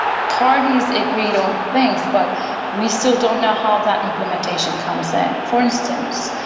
parties agreed on things but we still don't know how that implementation comes in. for instance,